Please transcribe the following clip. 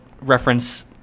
reference